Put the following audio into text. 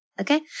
okay